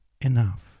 enough